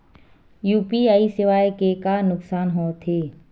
UPI सेवाएं के का नुकसान हो थे?